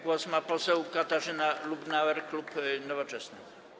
Głos ma poseł Katarzyna Lubnauer, klub Nowoczesna.